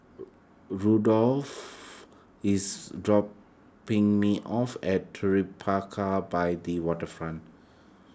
Rudolfo is dropping me off at Tribeca by the Waterfront